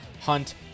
hunt